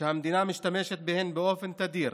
שהמדינה משתמשת בהם באופן תדיר